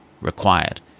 required